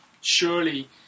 surely